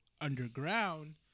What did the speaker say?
underground